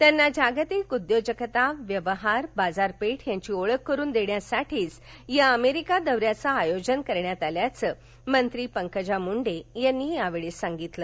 त्यांना जागतिक उद्योजकता व्यवहार बाजारपेठ यांची ओळख करुन देण्यासाठीच या अमेरिका दौन्याचे आयोजन करण्यात आल्याचे मंत्री पंकजा मुंडे यांनी यावेळी सांगितलं